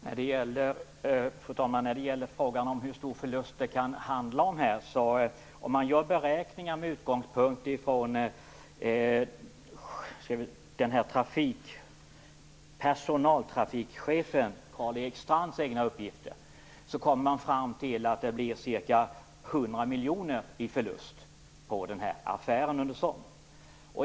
Fru talman! Frågan är ändå hur stor förlust det kan handla om här. Om man gör beräkningar med utgångspunkt från persontrafikchefen Karl-Erik Strands egna uppgifter kommer man fram till att det blir ca 100 miljoner i förlust på den här affären.